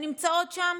שנמצאות שם